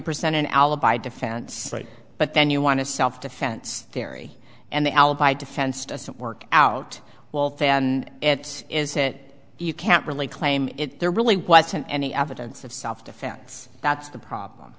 present an alibi defense right but then you want a self defense theory and the alibi defense doesn't work out well thing and it is it you can't really claim it there really wasn't any evidence of self defense that's the problem